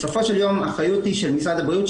בסופו של יום האחריות היא של משרד הבריאות,